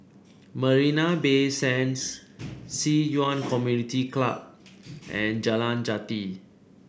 Marina Bay Sands Ci Yuan Community Club and Jalan Jati